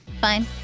Fine